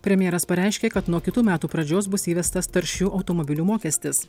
premjeras pareiškė kad nuo kitų metų pradžios bus įvestas taršių automobilių mokestis